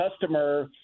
customer